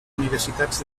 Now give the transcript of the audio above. universitats